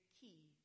key